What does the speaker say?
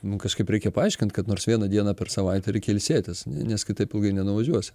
nu kažkaip reikia paaiškint kad nors vieną dieną per savaitę reikia ilsėtis ne nes kitaip ilgai nenuvažiuosi